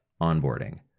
onboarding